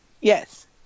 Yes